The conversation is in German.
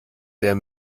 der